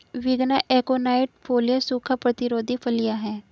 विग्ना aconitifolia सूखा प्रतिरोधी फलियां हैं